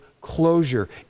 closure